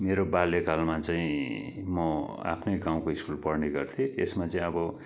मेरो बाल्यकालमा चाहिँ म आफ्नै गाउँको स्कुल पढ्ने गर्थेँ त्यसमा चाहिँ अब